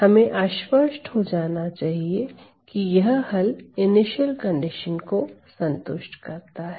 हमें आश्वस्त हो जाना चाहिए कि यह हल इनिशियल कंडीशन को संतुष्ट करता है